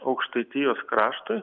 aukštaitijos kraštui